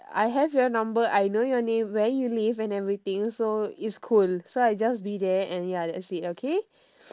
I have your number I know your name where you live and everything so it's cool so I just be there and ya that's it okay